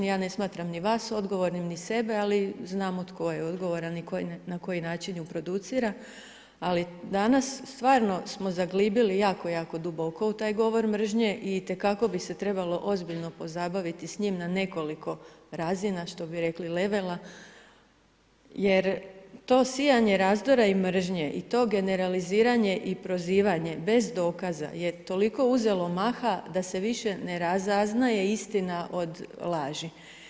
Ja ne smatram vas ni odgovornim ni sebe, ali znamo tko je odgovoran i na koji način ju producira ali danas stvarno smo zaglibili jako, jako duboko u taj govor mržnje i itekako bi se trebalo ozbiljno pozabaviti s njim na nekoliko razina, što bi rekli levela jer to sijanje razdora i mržnje i to generaliziranje i prozivanja bez dokaza je toliko uzelo maha da se više ne razaznaje istina od laži.